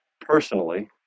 personally